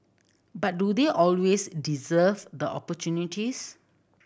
but do they always deserve the opportunities